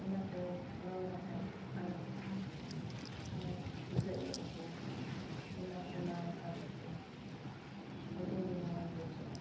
ᱚᱱᱟᱠᱚ ᱨᱚᱲ ᱨᱟᱠᱟᱵ ᱟᱲᱟᱝ ᱛᱷᱚᱲᱟ ᱡᱩᱫᱟᱹᱧᱚᱜ ᱜᱮᱭᱟ ᱚᱱᱟᱠᱚ ᱵᱟᱝ ᱨᱟᱠᱟᱵᱚᱜ ᱛᱮ ᱟᱹᱰᱤᱜᱮ ᱦᱟᱨᱚᱱ ᱵᱩᱡᱷᱟᱹᱜᱼᱟ